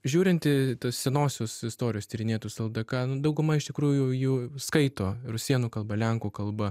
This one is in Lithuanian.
žiūrint į tuos senuosios istorijos tyrinėtus ld k nu dauguma iš tikrųjų jų skaito rusėnų kalba lenkų kalba